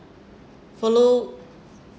follow